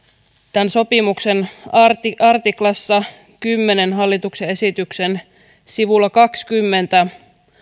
tämän sopimuksen artiklassa kymmenen hallituksen esityksen sivulla kaksikymmentä